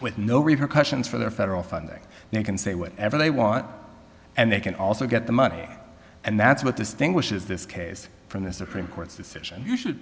with no repercussions for their federal funding they can say whatever they want and they can also get the money and that's what distinguishes this case from the supreme court's decision you should